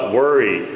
worry